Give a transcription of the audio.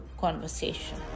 conversation